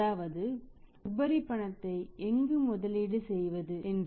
அதாவது உபரி பணத்தை எங்கு முதலீடு செய்வது என்று